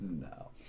No